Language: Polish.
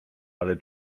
ale